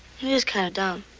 it is kind of dumb.